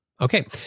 Okay